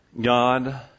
God